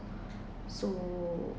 so